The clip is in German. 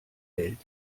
welt